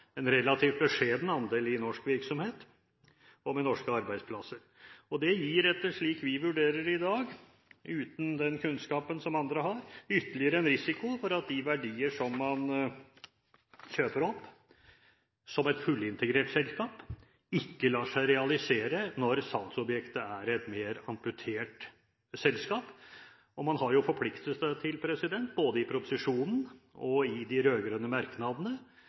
en relativt beskjeden andel i norsk virksomhet med norske arbeidsplasser. Det gir, slik vi vurderer det i dag, uten den kunnskapen som andre har, ytterligere en risiko for at de verdier som man kjøper opp som et fullintegrert selskap, ikke lar seg realisere når salgsobjektet er et mer amputert selskap. Man har jo forpliktet seg både i proposisjonen og i de rød-grønne merknadene